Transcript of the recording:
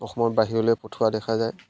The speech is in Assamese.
অসমৰ বাহিৰলৈ পঠিওৱা দেখা যায়